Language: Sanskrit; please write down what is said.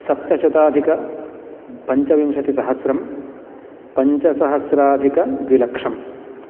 सप्तशताधिकपञ्चविंशतिसहस्रं पञ्चसहस्राधिकद्विलक्षं